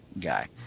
guy